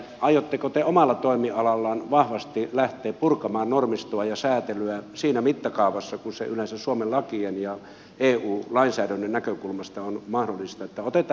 aiotteko te omalla toimialallanne vahvasti lähteä purkamaan normistoa ja säätelyä siinä mittakaavassa kuin se yleensä suomen lakien ja eu lainsäädännön näkökulmasta on mahdollista